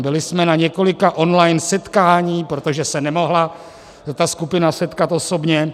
Byli jsme na několika online setkáních, protože se nemohla ta skupina setkat osobně.